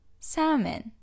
Salmon